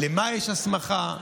למה יש הסמכה,